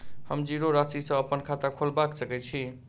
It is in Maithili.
हम जीरो राशि सँ अप्पन खाता खोलबा सकै छी?